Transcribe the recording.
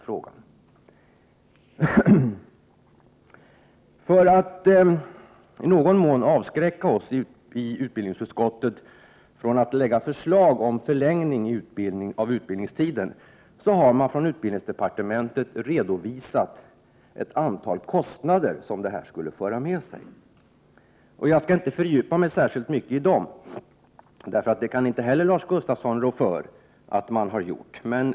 För att i någon mån avskräcka oss i utbildningsutskottet från att lägga fram förslag om förlängning av utbildningstiden har man från utbildningsdepartementet redovisat ett antal kostnader som det här skulle föra med sig. Jag skall inte fördjupa mig särskilt mycket i dessa, eftersom Lars Gustafsson inte heller kan rå för att denna beräkning har gjorts.